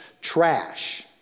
trash